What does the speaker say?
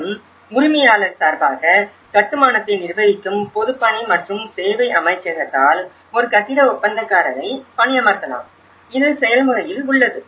மேலும் உரிமையாளர் சார்பாக கட்டுமானத்தை நிர்வகிக்கும் பொதுப்பணி மற்றும் சேவை அமைச்சகத்தால் ஒரு கட்டிட ஒப்பந்தக்காரரை பணியமர்த்தலாம் இது செயல்முறையில் உள்ளது